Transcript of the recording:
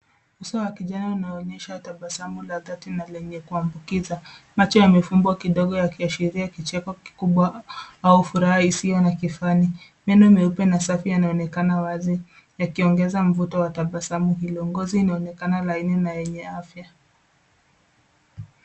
Uso wa kijana unaonyesha tabasamu la dhati na lenye kuambukiza. Macho yamefumbwa kidogo yakiashiria kicheko kikubwa au furaha isiyo na kifani. Meno meupe na safi yanaonekana wazi yakiongeza mvuto wa tabasamu hilo. Ngozi inaonekana laini na yenye afya.